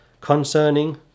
Concerning